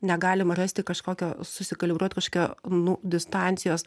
negalim rasti kažkokio susikalibruot kažkokio nu distancijos